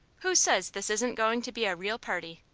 who says this isn't going to be a real party?